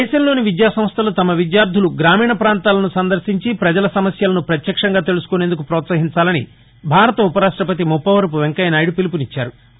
దేశంలోని విద్యా సంస్టలు తమ విద్యార్థులు గ్రామీణ ప్రాంతాలను సందర్శించి పజల సమస్యలను ప్రత్యక్షంగా తెలుసుకునేందుకు ప్రోత్సహించాలని భారత ఉపరాష్టపతి ముప్పవరపు వెంకయ్య నాయుడు పిలుపునిచ్చారు